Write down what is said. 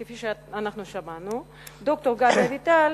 כפי שאנחנו שמענו, ד"ר גבי אביטל